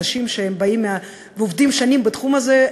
אנשים שעובדים שנים בתחום הזה,